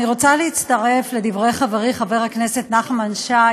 אני רוצה להצטרף לדברי חברי חבר הכנסת נחמן שי,